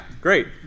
great